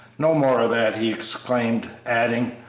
no more of that! he exclaimed, adding,